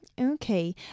Okay